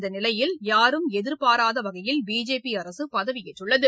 இந்தநிலையில் யாரும் எதிர்பாராத வகையில் பிஜேபி அரசு பதவியேற்றுள்ளது